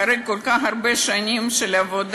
אחרי כל כך הרבה שנים של עבודה,